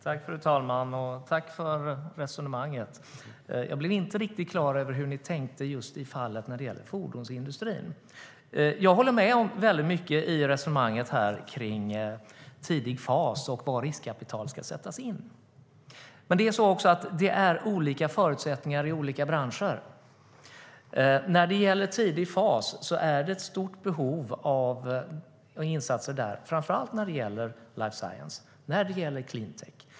Fru talman! Jag tackar ministern för resonemanget. Jag blev inte riktigt klar över hur ni tänkte just i fallet med fordonsindustrin. Jag håller med om mycket i resonemanget kring tidig fas och var riskkapital ska sättas in, men det är också så att det är olika förutsättningar i olika branscher. När det gäller tidig fas finns det ett stort behov av insatser där, framför allt när det gäller life science och clean tech.